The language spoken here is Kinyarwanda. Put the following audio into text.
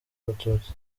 abatutsi